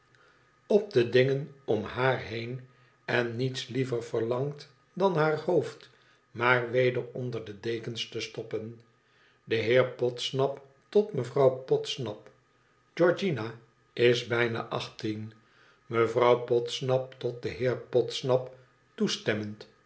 op de dingen om haar heen en niets liever verlangt dan haar hoofd maar weder onder de dekens te stoppen de heer podsnap tot mevrouw podsnap i georgiana is bijna achttien mevrouw podsnap tot den heer podsnap toestemmend